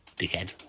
Dickhead